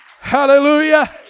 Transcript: Hallelujah